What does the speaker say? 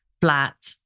flat